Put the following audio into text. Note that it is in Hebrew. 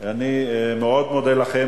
אני מאוד מודה לכם.